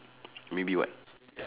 maybe what